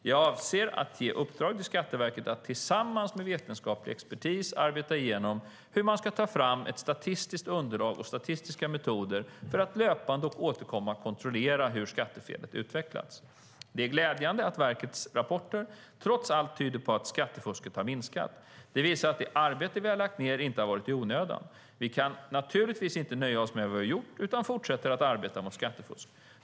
Jag avser att ge i uppdrag till Skatteverket att tillsammans med vetenskaplig expertis arbeta igenom hur man kan ta fram ett statistiskt underlag och statistiska metoder för att löpande och återkommande kontrollera hur skattefelet utvecklas. Det är glädjande att verkets rapporter trots allt tyder på att skattefusket har minskat. Det visar att det arbete vi har lagt ned inte har varit i onödan. Vi kan naturligtvis inte nöja oss med vad vi har gjort, utan vi fortsätter att arbeta mot skattefusk.